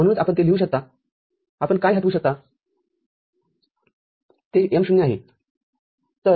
म्हणूनच आपण ते लिहू शकता आपण फाय हटवू शकता ते M० आहे